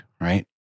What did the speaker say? right